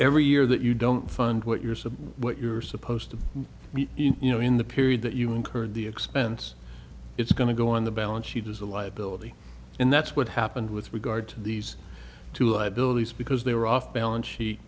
every year that you don't fund what years of what you're supposed to be you know in the period that you incurred the expense it's going to go on the balance sheet as a liability and that's what happened with regard to these two liabilities because they were off balance she